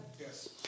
Yes